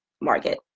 market